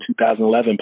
2011